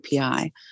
API